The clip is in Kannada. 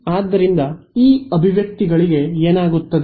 ಆದ್ದರಿಂದ ಈ ಅಭಿವ್ಯಕ್ತಿಗಳಿಗೆ ಏನಾಗುತ್ತದೆ